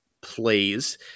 plays